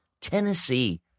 Tennessee